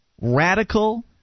radical